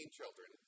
children